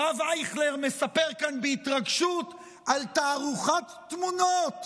הרב אייכלר מספר כאן בהתרגשות על תערוכת תמונות